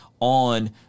on